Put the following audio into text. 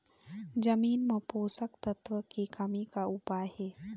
जमीन म पोषकतत्व के कमी का उपाय हे?